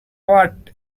what